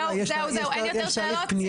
זהו, אין יותר שאלות.